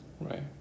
Right